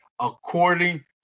according